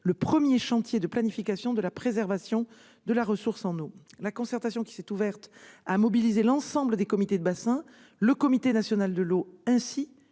le premier chantier de planification de la préservation de la ressource en eau. La concertation qui s'est ouverte a mobilisé l'ensemble des comités de bassin, le Comité national de l'eau, ainsi